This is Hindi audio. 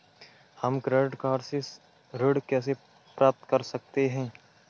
हम क्रेडिट कार्ड से ऋण कैसे प्राप्त कर सकते हैं?